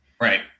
Right